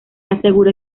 asegura